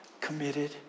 committed